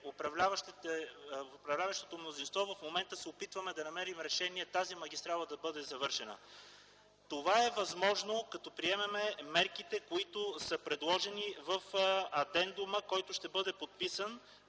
управляващото мнозинство, се опитваме в момента да намерим решение тази магистрала да бъде завършена. Това е възможно като приемем мерките, предложени в адендума, който ще бъде подписан